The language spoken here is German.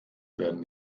werden